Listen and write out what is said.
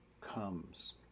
comes